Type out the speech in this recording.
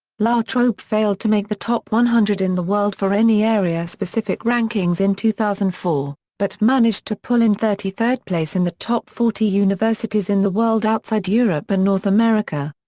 la trobe failed to make the top one hundred in the world for any area-specific rankings in two thousand and four, but managed to pull in thirty third place in the top forty universities in the world outside europe and north america.